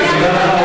תודה רבה,